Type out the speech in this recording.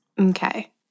Okay